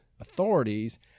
authorities